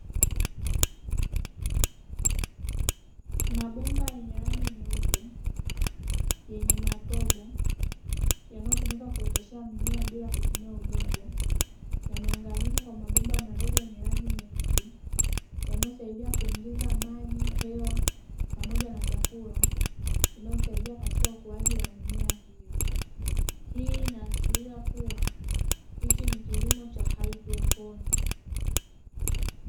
Mabomba yenye rangi nyeupe yenye matobo yanayotumika kuoteshea mimea bila kutumia udongo yameunganishwa kwa mabomba madogo yenye rangi nyeusi yanayosaidia kuingiza maji, hewa pamoja na chakula inayosaidia katika ukuaji wa mimea hiyo. Hii inaashiria kuwa hiki ni kilimo cha haidroponi